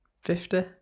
Fifty